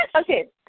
Okay